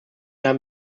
haben